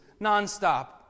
nonstop